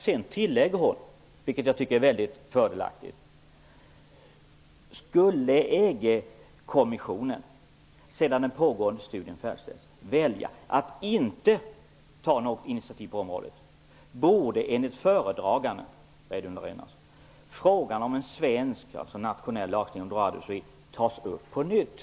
Sedan tillägger hon, vilket jag tycker är mycket fördelaktigt: Skulle EG-kommissionen sedan den pågående studien färdigställts välja att inte ta något initiativ på området borde enligt föredraganden -- dvs. Reidunn Laurén -- frågan, om en svensk nationell lagstiftning om ''droit de suite'', tas upp på nytt.